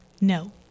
No